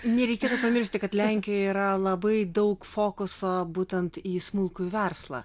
nereikėtų pamiršti kad lenkijoje yra labai daug fokuso būtent į smulkųjį verslą